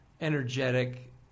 energetic